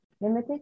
limited